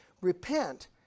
repent